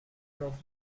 browser